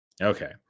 okay